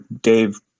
Dave